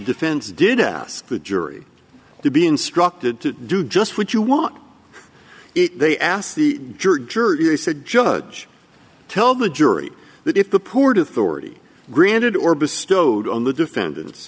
defense did ask the jury to be instructed to do just what you want it they asked the jury said judge tell the jury that if the poor to authority granted or bestowed on the defendant